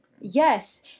Yes